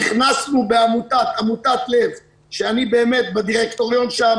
נכנסנו בעמותת לב, שאני בדירקטוריון שלה.